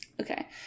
Okay